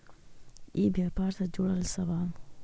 ई व्यापार से जुड़ल सवाल?